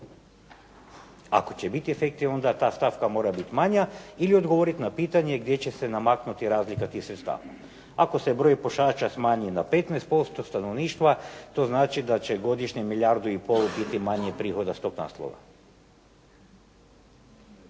Ako će biti efekti, onda ta stavka mora biti manja ili odgovoriti na pitanje gdje će se namaknuti razlika tih sredstava. Ako se broj pušača smanji na 15% stanovništva, to znači da će godišnje milijardu i pol biti manje prihoda s tog naslova.